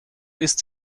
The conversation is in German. ist